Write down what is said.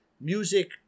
music